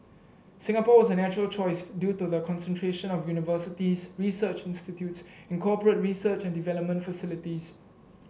Singapore was a natural choice due to the concentration of universities research institutes and corporate research and development facilities